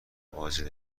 واجد